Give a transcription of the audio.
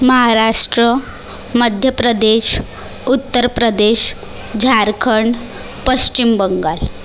Maharashtra Madhya Pradesh Uttar Pradesh Jharkhand Paschim Bengal